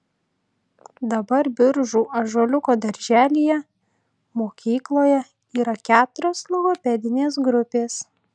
dabar biržų ąžuoliuko darželyje mokykloje yra keturios logopedinės grupės